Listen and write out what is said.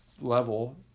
level